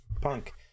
punk